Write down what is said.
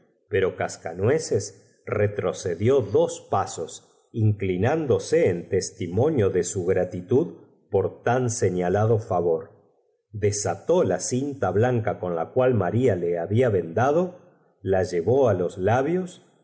pero cascanueces retrocedió dos pasos inclinándose en testimonio do su gratitud por tan señalado fa vor desató la cinta blanca con la cual maria le habla vendado la llevó á sus laconvocados